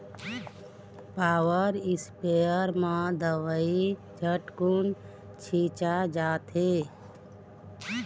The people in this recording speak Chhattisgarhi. पॉवर इस्पेयर म दवई झटकुन छिंचा जाथे